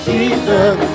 Jesus